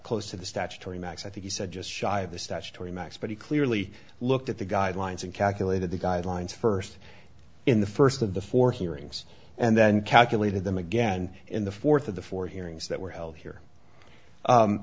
close of the statutory max i think he said just shy of the statutory max but he clearly looked at the guidelines and calculated the guidelines first in the first of the four hearings and then calculated them again in the fourth of the four hearings that were held here